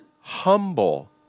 humble